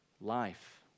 life